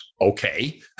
okay